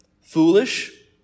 foolish